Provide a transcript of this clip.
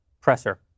presser